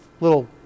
little